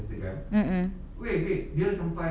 mm mm